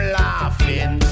laughing